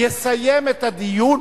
יסיים את הדיון